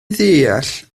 ddeall